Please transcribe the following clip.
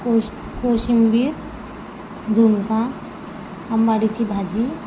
कोश कोशिंबीर झुणका आंबाडीची भाजी